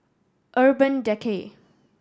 Urban Decay